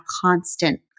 constant